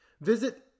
Visit